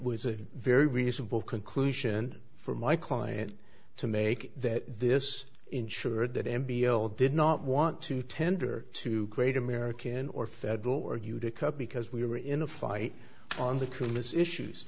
was a very reasonable conclusion for my client to make that this ensured that m b o did not want to tender to great american or federal or you to cut because we were in a fight on the christmas issues